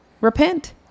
repent